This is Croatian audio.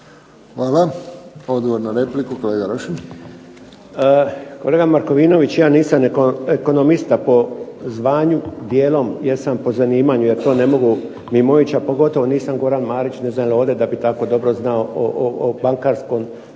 Hvala. Odgovor na repliku kolega Rošin. **Rošin, Jerko (HDZ)** Kolega Markovinović,. Ja nisam ekonomista po zvanju, djelom jesam po zanimanju jer to ne mogu mimoići a pogotovo nisam Goran Marić, ne znam je li ovdje, da bi tako dobro znao o bankarskom